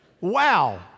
Wow